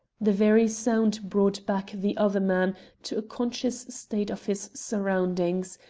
the very sound brought back the other man to a conscious state of his surroundings,